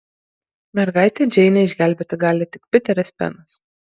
mergaitę džeinę išgelbėti gali tik piteris penas